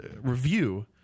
review